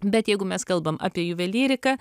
bet jeigu mes kalbam apie juvelyriką